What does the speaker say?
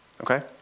okay